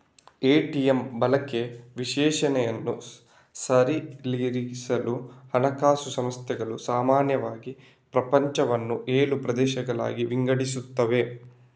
ATM ಬಳಕೆ ವಿಶ್ಲೇಷಣೆಯನ್ನು ಸರಳೀಕರಿಸಲು ಹಣಕಾಸು ಸಂಸ್ಥೆಗಳು ಸಾಮಾನ್ಯವಾಗಿ ಪ್ರಪಂಚವನ್ನು ಏಳು ಪ್ರದೇಶಗಳಾಗಿ ವಿಂಗಡಿಸುತ್ತವೆ